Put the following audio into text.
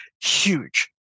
Huge